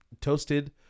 toasted